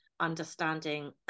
understanding